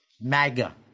MAGA